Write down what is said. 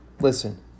listen